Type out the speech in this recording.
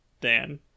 Dan